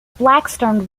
blackstone